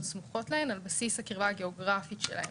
סמוכות להן על בסיס הקרבה הגיאוגרפית שלהן,